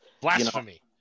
blasphemy